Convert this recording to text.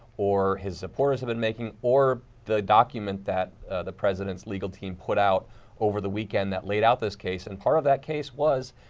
or his supporters have been making, or the document that the president's legal team put out over the weekend that laid out this case. and part of that case was,